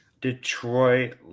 Detroit